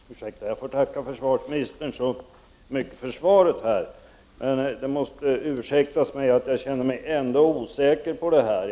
Herr talman! Jag får tacka försvarsministern så mycket för svaret. Det må ursäktas mig att jag ändå känner mig osäker.